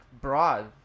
broad